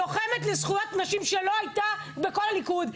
לוחמת לזכויות נשים שלא הייתה בכל הליכוד.